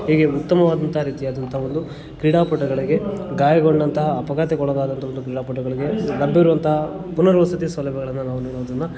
ಹೀಗೆ ಉತ್ತಮವಾದಂಥ ರೀತಿಯಾದಂಥ ಒಂದು ಕ್ರೀಡಾಪಟುಗಳಿಗೆ ಗಾಯಗೊಂಡಂತಹ ಅಪಘಾತಗೊಳಗಾದಂಥ ಒಂದು ಕ್ರೀಡಾಪಟುಗಳಿಗೆ ಲಬ್ಯಿರುವಂತ ಪುನರ್ವಸತಿ ಸೌಲಭ್ಯಗಳನ್ನು ನಾವು ನೀಡೋದನ್ನು